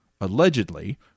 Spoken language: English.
Allegedly